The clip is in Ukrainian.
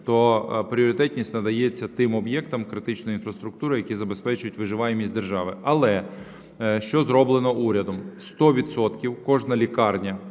то пріоритетність надається тим об'єктам критичної інфраструктури, які забезпечують виживання держави. Але що зроблено урядом? Сто відсотків кожна лікарня